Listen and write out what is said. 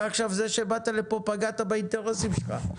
זה שהגעת לפה פגעת באינטרסים שלך.